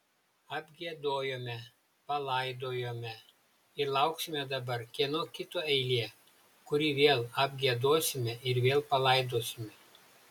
apgiedojome palaidojome ir lauksime dabar kieno kito eilė kurį vėl apgiedosime vėl palaidosime